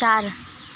चार